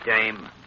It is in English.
dame